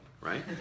right